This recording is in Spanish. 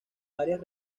varias